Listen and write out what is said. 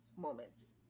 moments